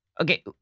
Okay